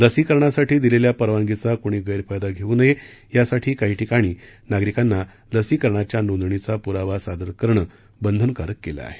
लसीकरणासाठी दिलेल्या परवानगीचा कोणी गैरफायदा घेऊ नये यासाठी काही ठिकाणी नागरिकांना लसीकरणाच्या नोंदणीचा पुरवा सादर करणं बंधनकारक केलं आहे